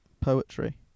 poetry